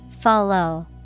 follow